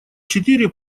четыре